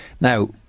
now